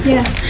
Yes